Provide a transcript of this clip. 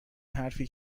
حرفی